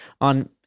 on